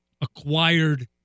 acquired